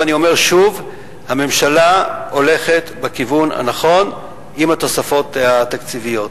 ואני אומר שוב: הממשלה הולכת בכיוון הנכון עם התוספות התקציביות.